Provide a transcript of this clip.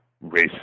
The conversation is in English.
race